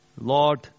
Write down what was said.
Lord